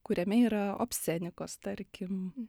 kuriame yra obscenikos tarkim